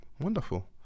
Wonderful